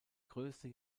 größte